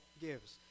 gives